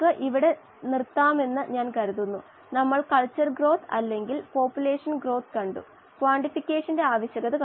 ഈ ഡാറ്റ നൽകുന്ന ബയോറിയാക്റ്ററിന്റെ KLa കണ്ടെത്തുക